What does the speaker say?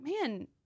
man